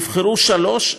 נבחרו שלוש,